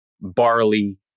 barley